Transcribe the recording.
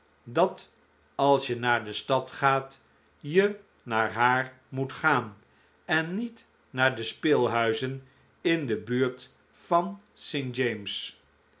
dat als je naar de stad gaat je naar haar moet gaan en niet naar de speelhuizen in de buurt van st james's